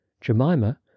Jemima